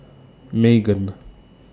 Megan